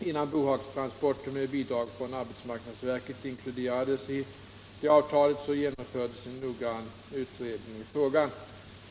Innan bohagstransporter med bidrag från arbetsmarknadsverket inkluderades i avropsavtalet genomfördes en noggrann utredning i frågan.